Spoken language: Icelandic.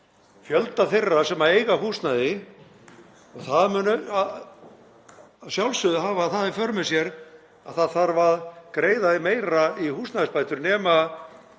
fjölda þeirra sem eiga húsnæði. Það mun að sjálfsögðu hafa í för með sér að það þarf að greiða meira í húsnæðisbætur, nema